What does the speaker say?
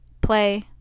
play